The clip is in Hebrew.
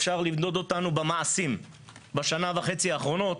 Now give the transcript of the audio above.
אפשר למדוד אותנו במעשים: בשנה וחצי האחרונות